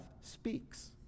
speaks